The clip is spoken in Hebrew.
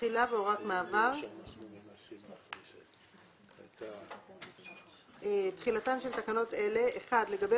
תחילה והוראת מעבר 6. תחילתן של תקנות אלה לגבי